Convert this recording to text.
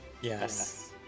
Yes